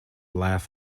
laugh